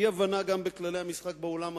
אי-הבנה גם בכללי המשחק באולם הזה.